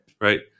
right